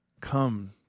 Come